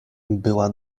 była